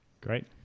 Great